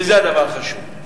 וזה הדבר החשוב.